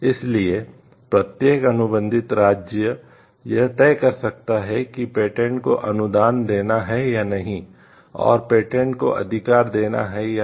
इसलिए प्रत्येक अनुबंधित राज्य यह तय कर सकता है कि पेटेंट को अनुदान देना है या नहीं और पेटेंट को अधिकार देना है या नहीं